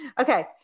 okay